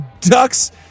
Ducks